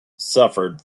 suffered